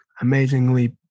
amazingly